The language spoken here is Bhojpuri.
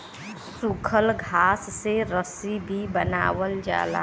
सूखल घास से रस्सी भी बनावल जाला